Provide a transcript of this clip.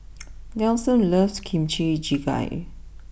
Nelson loves Kimchi Jjigae